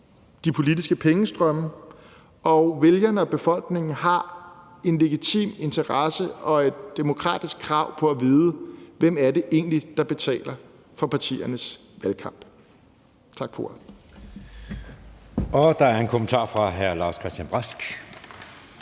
de politiske pengestrømme, og vælgerne og befolkningen har en legitim interesse i og et demokratisk krav på at vide, hvem det egentlig er, der betaler for partiernes valgkamp. Tak for